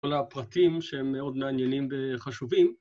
‫כל הפרטים שהם מאוד מעניינים וחשובים.